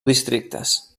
districtes